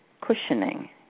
cushioning